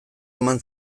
eman